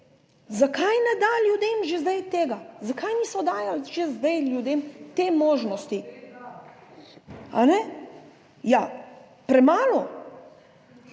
Zakaj ne da ljudem že zdaj tega, zakaj niso dajali že zdaj ljudem te možnosti? Ja, premalo,